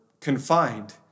confined